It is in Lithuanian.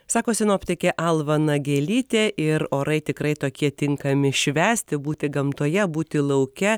sako sinoptikė alma nagelytė ir orai tikrai tokie tinkami švęsti būti gamtoje būti lauke